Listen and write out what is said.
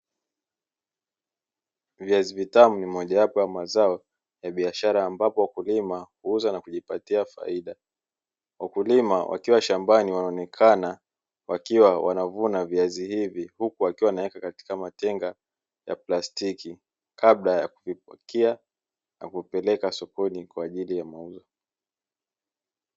Viazi vitamo ni moja wapo wa mazo ya biashara ambapo wakulima huuza na kujiapatia faida wakulima wakiwa shambani wanaonekana wakiwa wanavuna viazi hizi, huku wakiwa wanaweka katika matenga ya plastiki kabla ya kuvipakia na kupeleka sokoni kwajili ya mauzo.